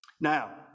Now